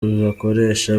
bakoresha